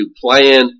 plan